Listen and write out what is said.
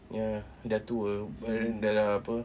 ya ya dah tua pun dah dah apa